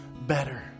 better